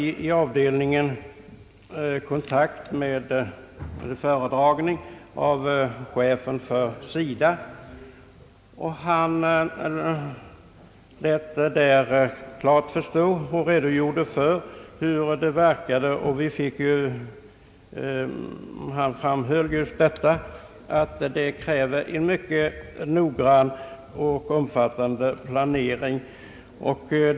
I avdelningen hade vi en föredragning av chefen för SIDA. Han redogjorde klart för hur det verkade och framhöll just att här krävs en mycket noggrann och omfattande planering.